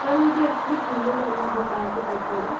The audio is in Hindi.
सर मुझे एकचूली घूमने जाना है भोपाल से पचमढ़ी